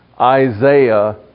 Isaiah